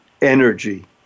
energy